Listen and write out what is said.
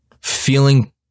feeling